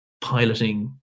piloting